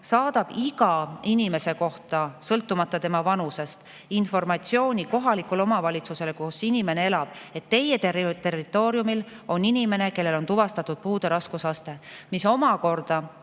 saadab iga inimese kohta, sõltumata tema vanusest, informatsiooni kohalikule omavalitsusele: teie territooriumil on inimene, kellel on tuvastatud puude raskusaste. See omakorda